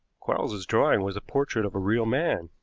quarles's drawing was the portrait of a real man.